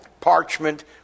parchment